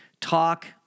talk